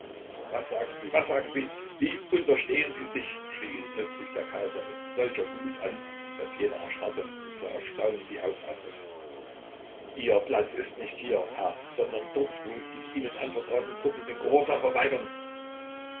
was sagen sie was sagen sie wie unterstehen sie sich schrie ihn plötzlich der kaiser mit solcher wut an daß jener erstarrte und vor erstaunen die augen aufriß ihr platz ist nicht hier herr sondern dort wo die ihnen anvertrauten truppen den gehorsam verweigern